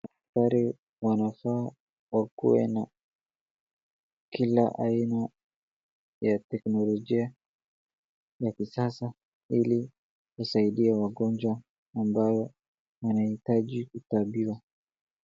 Daktari wanafaa wakuwe na kila aina ya teknolojia ya kisasa ili isaidia wagonjwa ambao wanahitaji kutibiwa.